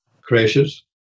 crashes